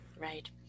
right